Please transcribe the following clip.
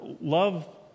Love